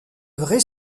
vrai